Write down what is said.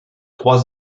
trois